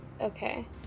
Okay